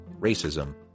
Racism